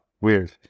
weird